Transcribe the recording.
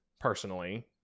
personally